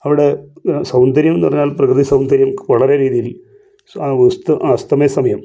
അവിടെ സൗന്ദര്യം എന്ന് പറഞ്ഞാൽ പ്രകൃതി സൗന്ദര്യം വളരെ രീതിയിൽ അസ്ത അസ്തമയ സമയം